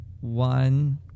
One